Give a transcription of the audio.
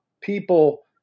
people